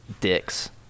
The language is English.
dicks